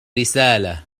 رسالة